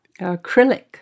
Acrylic